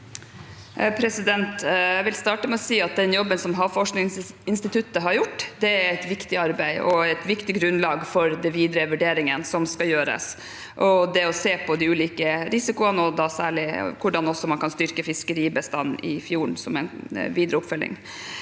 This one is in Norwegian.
Jeg vil starte med å si at den jobben Havforskningsinstituttet har gjort, er et viktig arbeid og grunnlag for de videre vurderingene som skal gjøres – det å se på de ulike risikoene og særlig på hvordan man kan styrke fiskeribestanden i fjorden som en videre oppfølging.